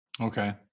Okay